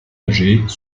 âgées